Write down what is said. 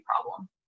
problem